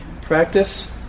practice